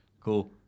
Cool